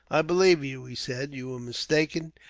i believe you, he said. you were mistaken.